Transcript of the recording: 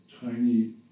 tiny